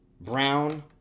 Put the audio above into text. Brown